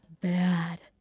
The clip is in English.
bad